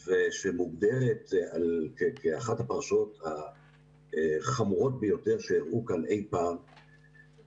ושמוגדרת כאחת הפרשות החמורות ביותר שאירעו כאן אי פעם,